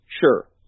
Sure